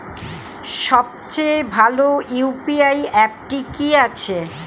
সবচেয়ে ভালো ইউ.পি.আই অ্যাপটি কি আছে?